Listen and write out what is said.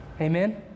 Amen